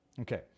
Okay